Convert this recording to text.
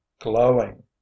glowing